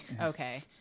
Okay